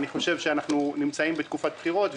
אנחנו נמצאים בתקופת בחירות.